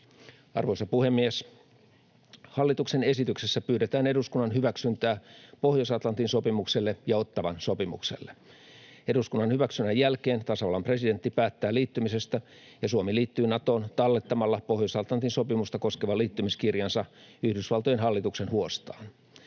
Arvoisa puhemies! Hallituksen esityksessä pyydetään eduskunnan hyväksyntää Pohjois-Atlantin sopimukselle ja Ottawan sopimukselle. Eduskunnan hyväksynnän jälkeen tasavallan presidentti päättää liittymisestä ja Suomi liittyy Natoon tallettamalla Pohjois-Atlantin sopimusta koskevan liittymiskirjansa Yhdysvaltojen hallituksen huostaan.